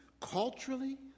culturally